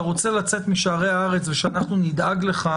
אתה רוצה לצאת משערי הארץ ושאנחנו נדאג לך?